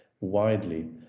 widely